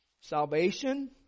salvation